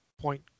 point